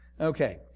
Okay